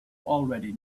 already